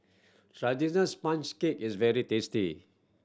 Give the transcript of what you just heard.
traditional sponge cake is very tasty